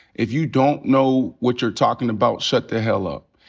if you don't know what you're talkin' about, shut the hell up.